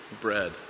bread